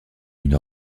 une